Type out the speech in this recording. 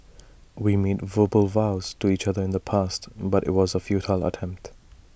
we made verbal vows to each other in the past but IT was A futile attempt